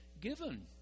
given